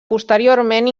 posteriorment